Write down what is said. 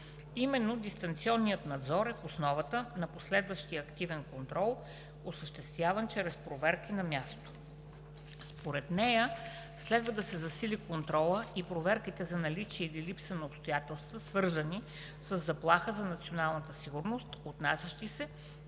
Именно дистанционният надзор е в основата на последващия активен контрол, осъществяван чрез проверки на място. Според нея следва да се засилят контролът и проверките за наличие или липса на обстоятелства, свързани със заплаха за националната сигурност, отнасящи се